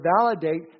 validate